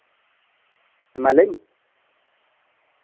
ᱢᱟ ᱞᱟᱹᱭ ᱢᱮ